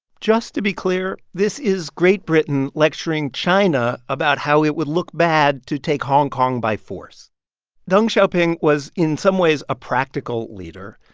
just to be clear, this is great britain lecturing china about how it would look bad to take hong kong by force deng xiaoping was, in some ways, a practical leader.